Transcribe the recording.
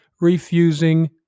refusing